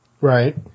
Right